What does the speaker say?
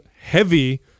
heavy